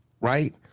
right